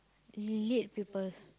lit people